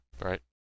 Right